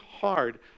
hard